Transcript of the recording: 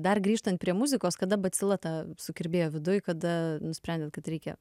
dar grįžtant prie muzikos kada bacila ta sukirbėjo viduj kada nusprendėt kad reikia